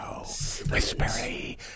whispery